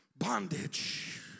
bondage